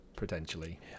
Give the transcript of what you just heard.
Potentially